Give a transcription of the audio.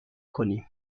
کنیم